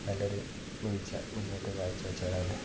നല്ലൊരു മികച്ച മുന്നേറ്റം കാഴ്ച്ച വെച്ചവരാണ്